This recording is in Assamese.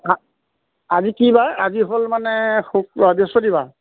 আ আজি কি বাৰ আজি হ'ল মানে শুক্ৰ বৃহস্পতিবাৰ